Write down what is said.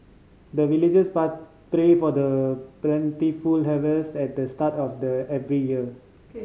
the villagers but pray for the plentiful harvest at the start of the every year